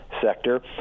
sector